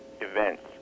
events